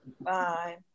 Bye